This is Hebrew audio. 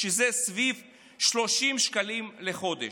שזה סביב 30 שקלים לחודש.